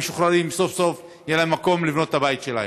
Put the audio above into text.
משוחררים סוף-סוף יהיה מקום לבנות את הבית שלהם.